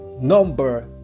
number